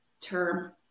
term